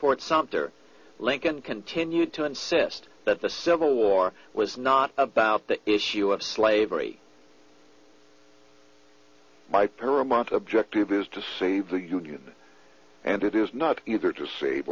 fort sumter lincoln continued to insist that the civil war was not about the issue of slavery my paramount objective is to save the union and it is not either to save